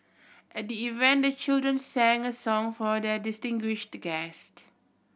at the event the children sang a song for their distinguished guest